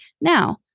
Now